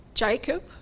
Jacob